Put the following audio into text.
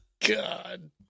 God